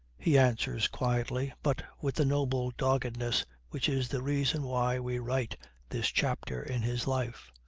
he answers quietly, but with the noble doggedness which is the reason why we write this chapter in his life.